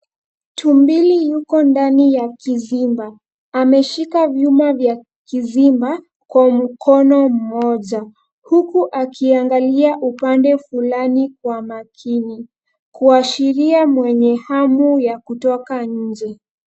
Tumbili yuko ndani ya kizimba .Ameshika vyuma vya kizimba kwa mkono mmoja huku akiangalia upande fulani kwa makini kuashiria mwenye hamu ya kutoka nje.